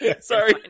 Sorry